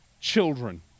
children